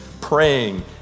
praying